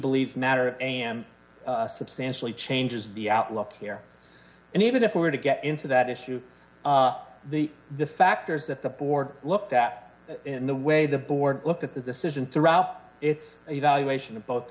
believes matter am substantially changes the outlook here and even if we were to get into that issue the the factors that the board looked at the way the board looked at the decision threw out its evaluation of both